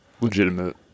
legitimate